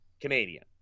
Canadian